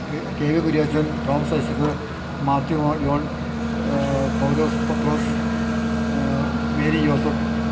K V Kuriachan Thomas Isaac Mathew Mon John Paulose Pathrose Mary Joseph